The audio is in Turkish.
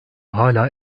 hala